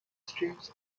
streams